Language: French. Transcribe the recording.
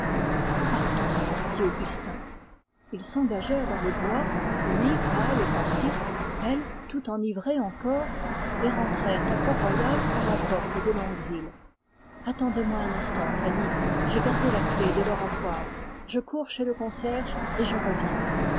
partons dit augustin ils s'engagèrent dans le bois lui pâle et pensif elle toute enivrée encore et ils rentrèrent à port-royal par la porte de longueville attendez un instant fanny j'ai gardé la clef de l'oratoire je cours chez le concierge et je reviens